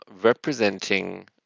representing